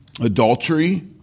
adultery